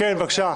כן, בבקשה.